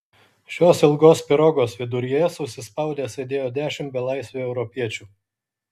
šios ilgos pirogos viduryje susispaudę sėdėjo dešimt belaisvių europiečių